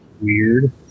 weird